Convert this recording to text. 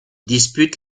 dispute